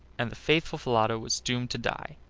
and the faithful falada was doomed to die.